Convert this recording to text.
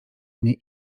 mnie